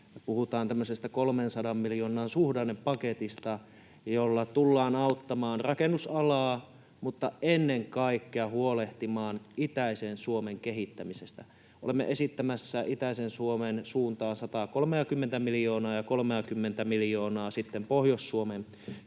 300 miljoonan suhdannepaketista, jolla tullaan auttamaan rakennusalaa mutta ennen kaikkea huolehtimaan itäisen Suomen kehittämisestä. Olemme esittämässä itäisen Suomen suuntaan 130:tä miljoonaa ja 30:tä miljoonaa sitten Pohjois-Suomen kehittämistoimenpiteisiin.